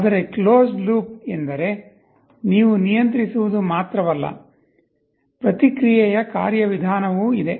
ಆದರೆ closed loop ಎಂದರೆ ನೀವು ನಿಯಂತ್ರಿಸುವುದು ಮಾತ್ರವಲ್ಲ ಪ್ರತಿಕ್ರಿಯೆಯ ಕಾರ್ಯವಿಧಾನವೂ ಇದೆ